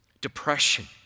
depression